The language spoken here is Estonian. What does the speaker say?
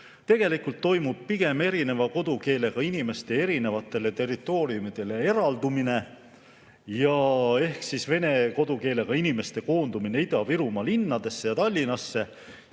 Tegelikult toimub pigem erineva kodukeelega inimeste erinevatele territooriumidele eraldumine ehk siis vene kodukeelega inimeste koondumine Ida-Virumaa linnadesse ja Tallinnasse.